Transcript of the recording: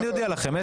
אני אודיע לכם.